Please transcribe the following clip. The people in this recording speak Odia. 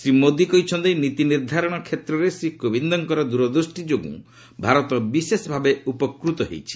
ଶ୍ରୀ ମୋଦି କହିଛନ୍ତି ନୀତି ନିର୍ଦ୍ଧାରଣ କ୍ଷେତ୍ରରେ ଶ୍ରୀ କୋବିନ୍ଦଙ୍କର ଦୂରଦୃଷ୍ଟିଯୋଗୁଁ ଭାରତ ବିଶେଷ ଭାବେ ଉପକୂତ ହୋଇଛି